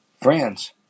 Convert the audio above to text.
friends